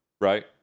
right